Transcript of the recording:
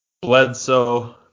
Bledsoe